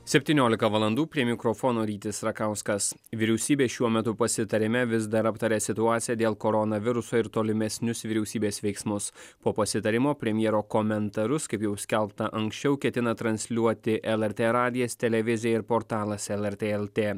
septyniolika valandų prie mikrofono rytis rakauskas vyriausybė šiuo metu pasitarime vis dar aptaria situaciją dėl koronaviruso ir tolimesnius vyriausybės veiksmus po pasitarimo premjero komentarus kaip jau skelbta anksčiau ketina transliuoti lrt radijas televizija ir portalas lrt lt